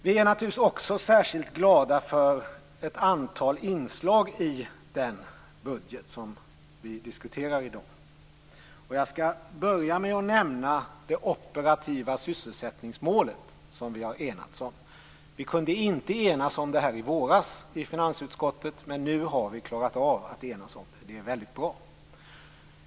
Vi är särskilt glada för ett antal inslag i den budget vi diskuterar i dag. Jag skall börja med att nämna det operativa sysselsättningsmålet som vi har enats om. Vi kunde inte enas om detta i våras i finansutskottet, men nu har vi klarat av att enas. Det är väldigt bra.